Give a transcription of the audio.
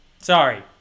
Sorry